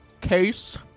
case